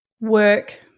work